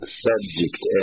subject